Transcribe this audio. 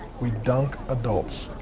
we dunk adults.